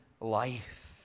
life